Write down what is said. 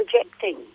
projecting